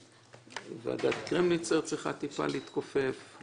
ועדת קרמניצר צריכה להתכופף מעט,